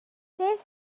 beth